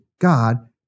God